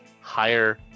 higher